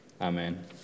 amen